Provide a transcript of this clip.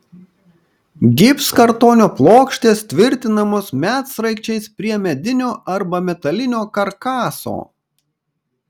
gipskartonio plokštės tvirtinamos medsraigčiais prie medinio arba metalinio karkaso